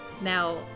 now